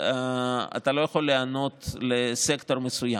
אתה לא יכול להיענות לסקטור מסוים.